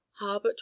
Harbert